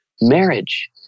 marriage